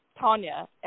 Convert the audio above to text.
Tanya